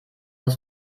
uns